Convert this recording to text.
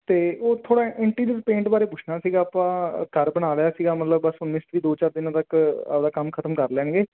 ਅਤੇ ਉਹ ਥੋੜ੍ਹਾ ਐਂਟੀਰੀਅਰ ਪੇਂਟ ਬਾਰੇ ਪੁੱਛਣਾ ਸੀਗਾ ਆਪਾਂ ਘਰ ਬਣਾ ਲਿਆ ਸੀਗਾ ਮਤਲਬ ਬਸ ਮਿਸਤਰੀ ਦੋ ਚਾਰ ਦਿਨਾਂ ਤੱਕ ਆਪਣਾ ਕੰਮ ਖਤਮ ਕਰ ਲੈਣਗੇ